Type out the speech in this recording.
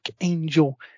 Angel